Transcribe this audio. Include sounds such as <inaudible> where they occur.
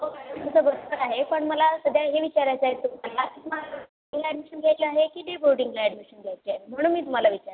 हो मॅडम हे सगळं खरं आहे पण मला सध्या हे विचारायचं आहे <unintelligible> हॉस्टेलला ॲडमिशन घ्यायची आहे की डे बोर्डिंगला ॲडमिशन घ्यायची आहे म्हणून मी तुम्हाला विचारते